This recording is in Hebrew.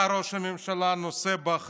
אתה, ראש הממשלה, נושא באחריות.